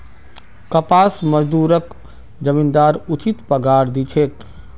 कपास मजदूरक जमींदार उचित पगार दी छेक